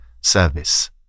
service